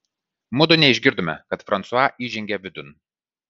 mudu neišgirdome kada fransua įžengė vidun